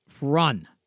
run